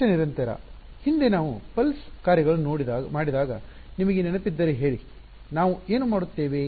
ಕನಿಷ್ಠ ನಿರಂತರ ಹಿಂದೆ ನಾವು ನಾಡಿ ಪಲ್ಸ್ ಕಾರ್ಯಗಳನ್ನು ಮಾಡಿದಾಗ ನಿಮಗೆ ನೆನಪಿದ್ದರೆ ಹೇಳಿ ನಾವು ಏನು ಮಾಡುತ್ತೇವೆ